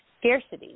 scarcity